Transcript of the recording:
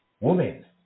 women